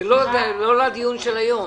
לא לדיון של היום.